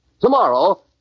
Tomorrow